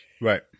Right